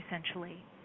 essentially